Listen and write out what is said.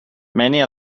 many